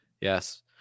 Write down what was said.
Yes